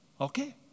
Okay